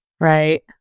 right